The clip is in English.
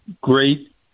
great